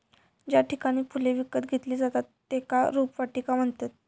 ज्या ठिकाणी फुले विकत घेतली जातत त्येका रोपवाटिका म्हणतत